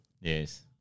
Yes